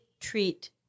treat